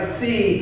see